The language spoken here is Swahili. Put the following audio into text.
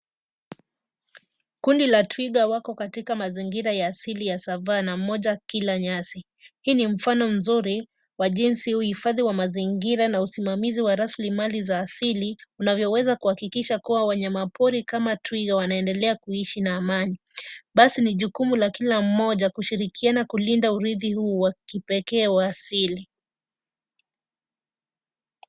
Kundi la twiga wako katika mazingira ya asili ya savana, mmoja akila nyasi. Hii ni mfano mzuri wa jinsi uhifadhi wa mazingira na usimamizi wa rasilimali za asili, unavyoweza kuhakikisha kuwa wanyamapori kama twiga wanaendelea kuishi na amani. Basi ni jukumu la kila mmoja kushirikiana kulinda urithi huu wa kipekee wa asili.